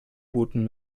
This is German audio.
booten